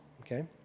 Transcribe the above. okay